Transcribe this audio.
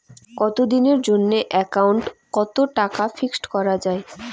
কতদিনের জন্যে একাউন্ট ওত টাকা ফিক্সড করা যায়?